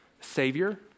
savior